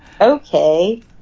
Okay